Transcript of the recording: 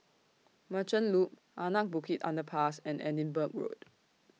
Merchant Loop Anak Bukit Underpass and Edinburgh Road